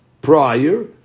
prior